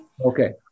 Okay